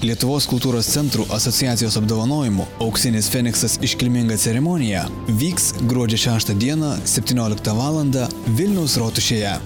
lietuvos kultūros centrų asociacijos apdovanojimų auksinis feniksas iškilminga ceremonija vyks gruodžio šeštą dieną septynioliktą valandą vilniaus rotušėje